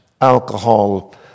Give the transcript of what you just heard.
alcohol